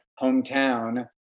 hometown